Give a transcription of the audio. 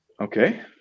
Okay